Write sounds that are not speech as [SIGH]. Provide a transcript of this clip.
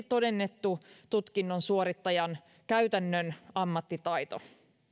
[UNINTELLIGIBLE] todennettu tutkinnon suorittajan käytännön ammattitaito